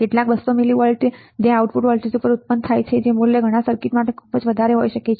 કેટલાક 200 મિલીવોલ્ટ જમણા જે આઉટપુટ વોલ્ટેજ પર ઉત્પન્ન થાય છે અને મૂલ્ય ઘણા સર્કિટ માટે ખૂબ વધારે હોઈ શકે છે